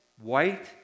white